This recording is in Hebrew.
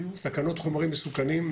סכנות חומרים מסוכנים,